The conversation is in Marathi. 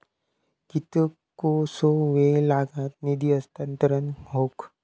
कितकोसो वेळ लागत निधी हस्तांतरण हौक?